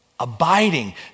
abiding